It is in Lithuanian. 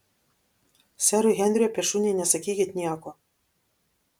serui henriui apie šunį nesakykit nieko